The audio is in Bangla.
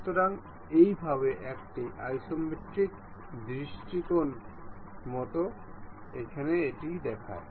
সুতরাং এই ভাবে একটি আইসোমেট্রিক দৃষ্টিকোণ মত দেখায়